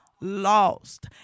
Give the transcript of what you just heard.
lost